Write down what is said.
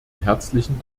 herzlichen